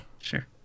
sure